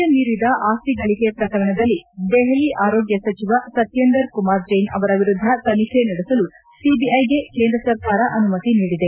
ಆದಾಯ ಮೀರಿದ ಆಸ್ತಿ ಗಳಿಕೆ ಪ್ರಕರಣದಲ್ಲಿ ದೆಹಲಿ ಆರೋಗ್ಯ ಸಚಿವ ಸತ್ಲೇಂದರ್ ಕುಮಾರ್ ಜೈನ್ ಅವರ ವಿರುದ್ದ ತನಿಖೆ ನಡೆಸಲು ಸಿಬಿಐಗೆ ಕೇಂದ್ರ ಸರ್ಕಾರ ಅನುಮತಿ ನೀಡಿದೆ